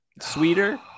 sweeter